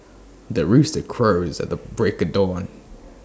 the rooster crows at the break of dawn